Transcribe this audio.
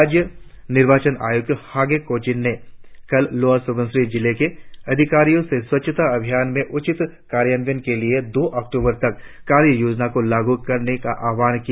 राज्य निर्वाचन आयुक्त हागे कोजिन ने कल लोअर सुबनसिरी जिले के अधिकारियों से स्वच्छता अभियान के उचित कार्यान्वयन के लिए दो अक्टूवर तक कार्य योजना को लागू करने का आह्वान किया